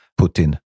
putin